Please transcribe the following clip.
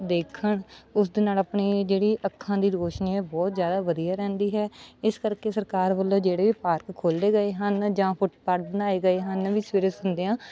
ਦੇਖਣ ਉਸਦੇ ਨਾਲ ਆਪਣੀ ਜਿਹੜੀ ਅੱਖਾਂ ਦੀ ਰੋਸ਼ਨੀ ਹੈ ਬਹੁਤ ਜ਼ਿਆਦਾ ਵਧੀਆ ਰਹਿੰਦੀ ਹੈ ਇਸ ਕਰਕੇ ਸਰਕਾਰ ਵੱਲੋਂ ਜਿਹੜੇ ਵੀ ਪਾਰਕ ਖੋਲ੍ਹੇ ਗਏ ਹਨ ਜਾਂ ਫੁੱਟਪਾਟ ਬਣਾਏ ਗਏ ਹਨ ਵੀ ਸਵੇਰ ਹੁੰਦਿਆਂ